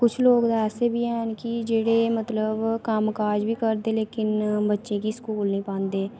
कुछ लोक ऐसे बी हैन कि जेह्ड़े मतलब कम्मकाज बी करदे लेकिन बच्चे गी स्कूल नेईं पांदे